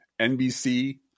NBC